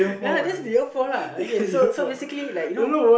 ya that's in year four lah okay so so basically like you know